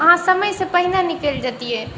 अहाँ समयसँ पहिने निकलि जेतिए